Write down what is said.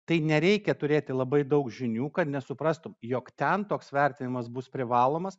tai nereikia turėti labai daug žinių kad nesuprastum jog ten toks vertinimas bus privalomas